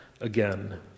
again